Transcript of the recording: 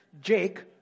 Jake